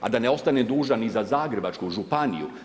A da ne ostanem dužan i za Zagrebačku županiju.